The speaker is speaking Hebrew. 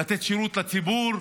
לתת שירות לציבור,